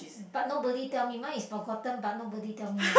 but nobody tell me mine is forgotten but nobody tell me